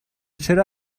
چرا